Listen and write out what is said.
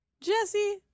Jesse